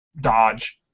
dodge